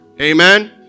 Amen